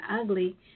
ugly